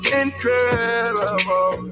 incredible